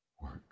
work